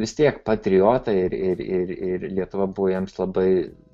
vis tiek patriotai ir ir ir lietuva buvo jiems labai